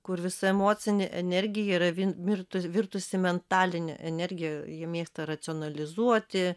kur visa emocinė energija yra vien vir virtusi mentaline energija ji mėgsta racionalizuoti